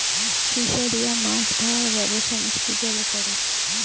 ফিসারিরা মাছ ধরার ব্যবসা মিষ্টি জলে করে